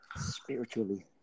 spiritually